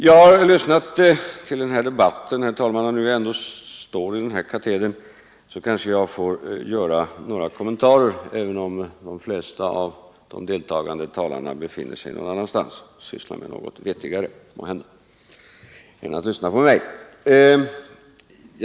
Jag har lyssnat till debatten, och när jag nu ändå står i denna kateder kanske jag får göra några kommentarer, även om de flesta av debattdeltagarna nu befinner sig någon annanstans och måhända sysslar med något vettigare än att lyssna på mig.